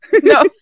No